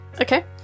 Okay